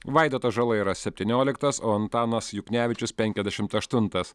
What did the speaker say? vaidotas žala yra septynioliktas o antanas juknevičius penkiasdešimt aštuntas